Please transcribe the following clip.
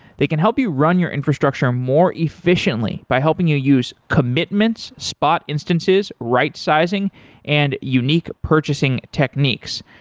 they can help you run your infrastructure more efficiently by helping you use commitments, spot instances, rightsizing and unique purchasing techniques.